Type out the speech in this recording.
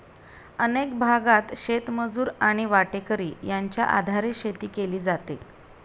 अनेक भागांत शेतमजूर आणि वाटेकरी यांच्या आधारे शेती केली जाते